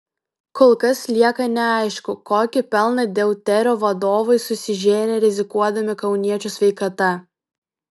kol kas lieka neaišku kokį pelną deuterio vadovai susižėrė rizikuodami kauniečių sveikata